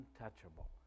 untouchable